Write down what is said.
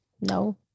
No